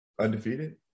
undefeated